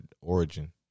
origin